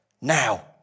now